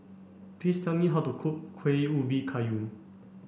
please tell me how to cook Kueh Ubi Kayu